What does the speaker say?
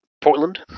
Portland